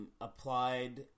applied –